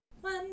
One